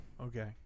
Okay